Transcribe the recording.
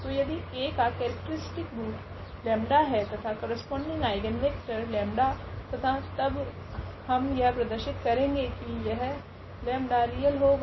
तो यदि A का केरेक्ट्रीस्टिक रूट 𝜆 है तथा करस्पोंडिंग आइगनवेक्टर लेंडा 𝜆 तथा तब हम यह प्रदर्शित करेगे की यह 𝜆 रियल होगा